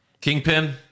Kingpin